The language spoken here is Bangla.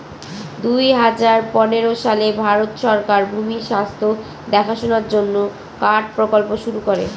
দুই হাজার পনেরো সালে ভারত সরকার ভূমির স্বাস্থ্য দেখাশোনার জন্য কার্ড প্রকল্প শুরু করে